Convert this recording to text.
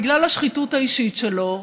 בגלל השחיתות האישית שלו,